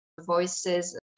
voices